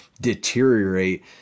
deteriorate